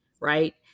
right